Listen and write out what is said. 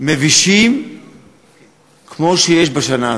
מבישים כמו שיש בשנה הזאת.